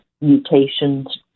mutations